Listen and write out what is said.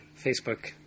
Facebook